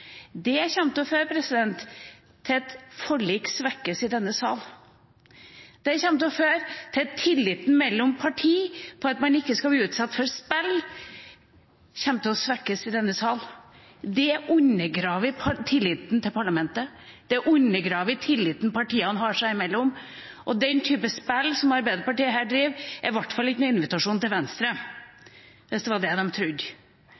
til å føre til at forlik svekkes i denne sal. Det kommer til å føre til at tilliten mellom partiene i denne sal når det gjelder at man ikke skal bli utsatt for spill, kommer til å svekkes! Det kommer til å undergrave tilliten til parlamentet. Det undergraver tilliten til partiene seg imellom. Den type spill som Arbeiderpartiet her driver, er i hvert fall ingen invitasjon til Venstre – hvis det